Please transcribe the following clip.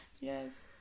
yes